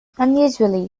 unusually